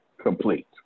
complete